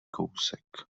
kousek